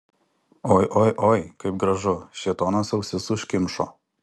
oi oi oi kaip gražu šėtonas ausis užkimšo